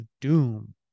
doom